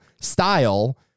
style